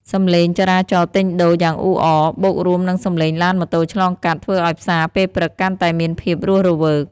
សំឡេងចរចាទិញដូរយ៉ាងអ៊ូអរ បូករួមនឹងសំឡេងឡានម៉ូតូឆ្លងកាត់ ធ្វើឲ្យផ្សារពេលព្រឹកកាន់តែមានភាពរស់រវើក។